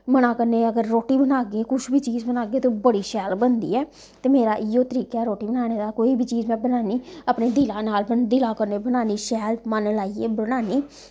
मना कन्नै अगर रोटी बनागे कुछ बी चीज़ बनागे ते बड़ी शैल बनदी ऐ ते मेरा इयो तरीका ऐ रोटी बनाने दा कोई बी चीज़ मैं बनानी अपने दिला नाल दिला कन्नै बनान्नी शैल मन लाइयै बनान्नी